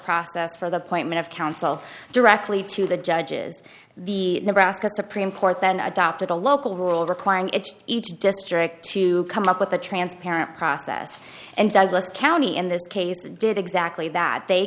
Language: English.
process for the point of counsel directly to the judges the nebraska supreme court then adopted a local rule requiring its each district to come up with a transparent process and douglas county in this case did exactly that they